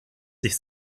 sich